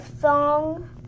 song